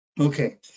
Okay